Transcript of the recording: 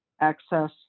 access